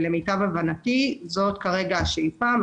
למיטב ידעתי זאת באמת השאיפה כרגע.